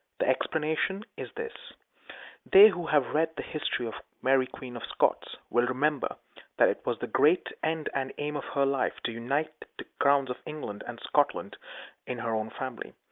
the explanation is this they who have read the history of mary queen of scots, will remember that it was the great end and aim of her life to unite the crowns of england and scotland in her own family.